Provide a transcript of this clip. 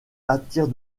attire